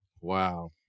Wow